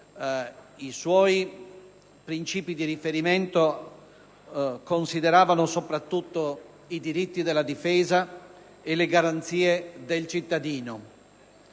I suoi principi di riferimento consideravano soprattutto i diritti della difesa e le garanzie del cittadino.